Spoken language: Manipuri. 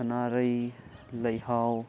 ꯁꯥꯟꯅꯥꯔꯩ ꯂꯩꯍꯥꯎ